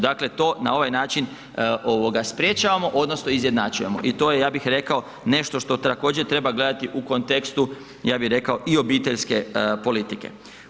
Dakle to na ovaj način sprječavamo odnosno izjednačujemo i to je, ja bih rekao nešto što također treba gledati u kontekstu, ja bih rekao i obiteljske politike.